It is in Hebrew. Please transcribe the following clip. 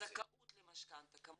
את הזכאות למשכנתא, כמובן.